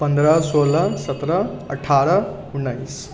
पंद्रह सोलह सत्रह अठारह उन्नैस